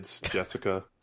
Jessica